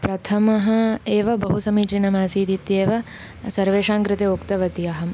प्रथमः एव बहु समीचीनमासीत् इत्येव सर्वेषां कृते उक्तवती अहं